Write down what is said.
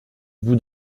bout